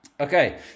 Okay